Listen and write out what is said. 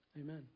Amen